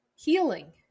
Healing